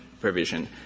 provision